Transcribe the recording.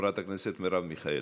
חברת הכנסת מרב מיכאלי.